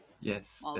Yes